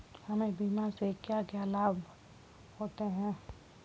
हमें बीमा से क्या क्या लाभ प्राप्त होते हैं?